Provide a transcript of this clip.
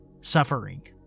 suffering